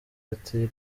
ati